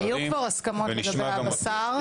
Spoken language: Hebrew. היו כבר הסכמות לגבי הבשר.